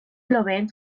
plovent